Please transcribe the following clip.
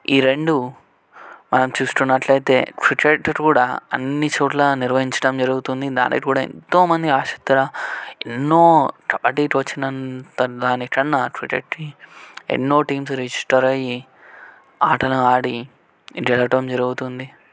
ఈ రెండు మనం చూసుకున్నట్లయితే క్రికెట్ కూడా అన్ని చోట్ల నిర్వహించడం జరుగుతుంది దానికి కూడా ఎంతో మంది ఆసక్తిగా ఎన్నో కబడీకి వచ్చినంత దానికన్నా క్రికెట్కి ఎన్నో టీమ్స్ రిజిస్టర్ అయి ఆటలు ఆడి గెలవటం జరుగుతుంది